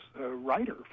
writer